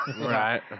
Right